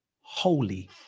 holy